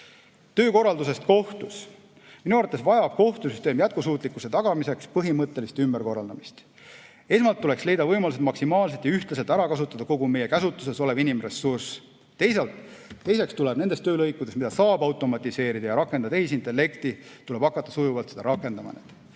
Töökorraldusest kohtus. Minu arvates vajab kohtusüsteem jätkusuutlikkuse tagamiseks põhimõttelist ümberkorraldamist. Esmalt tuleks leida võimalused maksimaalselt ja ühtlaselt ära kasutada kogu meie käsutuses olev inimressurss. Teiseks tuleb nendes töölõikudes, mida saab automatiseerida ja [kus saab] rakendada tehisintellekti, hakata sujuvalt seda rakendama.